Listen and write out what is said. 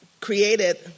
Created